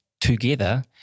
together